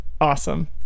Awesome